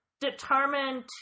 determined